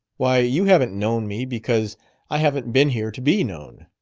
why, you haven't known me because i haven't been here to be known.